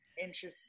Interesting